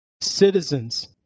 citizens